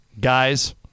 guys